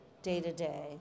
day-to-day